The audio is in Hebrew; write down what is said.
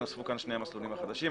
נוספו כאן שני מסלולים חדשים.